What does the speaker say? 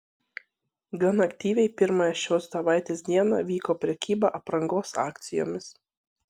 gan aktyviai pirmąją šios savaitės dieną vyko prekyba aprangos akcijomis